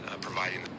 providing